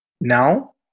now